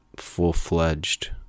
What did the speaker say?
full-fledged